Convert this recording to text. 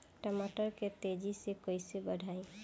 टमाटर के तेजी से कइसे बढ़ाई?